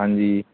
ਹਾਂਜੀ